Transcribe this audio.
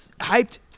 hyped